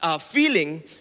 feeling